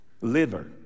liver